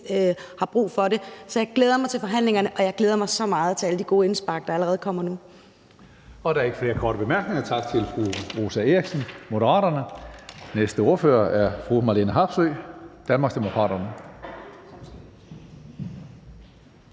havde brug for det. Så jeg glæder mig til forhandlingerne, og jeg glæder mig så meget til alle de gode indspark, der allerede kommer nu. Kl. 16:38 Tredje næstformand (Karsten Hønge): Der er ikke flere korte bemærkninger. Tak til fru Rosa Eriksen, Moderaterne. Den næste ordfører er fru Marlene Harpsøe, Danmarksdemokraterne.